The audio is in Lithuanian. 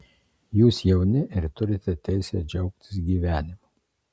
jūs jauni ir turite teisę džiaugtis gyvenimu